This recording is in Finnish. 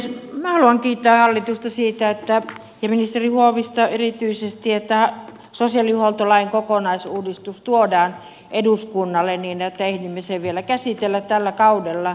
minä haluan kiittää hallitusta ja erityisesti ministeri huovista siitä että sosiaalihuoltolain kokonaisuudistus tuodaan eduskunnalle niin että ehdimme sen käsitellä vielä tällä kaudella